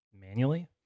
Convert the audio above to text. manually